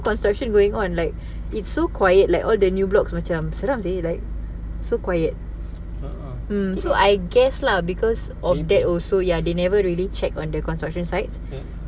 construction going on like it's so quiet like all the new blocks macam seram seh like so quiet mm so I guess lah because of that also ya they never really check on the construction sites